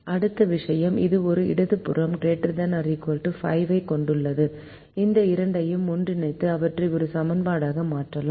அடுத்த விஷயம் அதே இடது புறம் ≥ 5 ஐக் கொண்டுள்ளது இந்த இரண்டையும் ஒன்றிணைத்து அவற்றை ஒரு சமன்பாடாக மாற்றலாம்